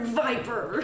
viper